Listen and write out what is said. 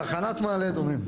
תחנת מעלה אדומים.